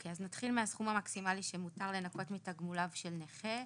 אז נתחיל מהסכום המקסימלי שמותר לנכות מתגמוליו של נכה.